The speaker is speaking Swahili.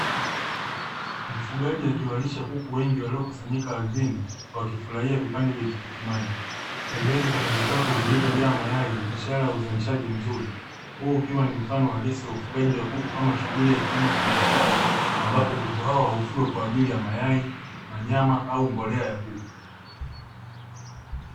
Mfugaji akiwalisha kuku wengi waliokusanyika ardhini wakifurahia vipande vya tikitimaji pembeni kuna vikapu vilivyojaa mayai ishara ya uzalishaji mzuri, huu ukiwa ni mfano halisi wa ufugaji wa kuku kama shughuli ya kilimo cha biashara ambapo kuku hawa hufugwa kwaajili ya mayai na nyama au mbolea ya kuku.